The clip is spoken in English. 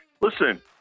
listen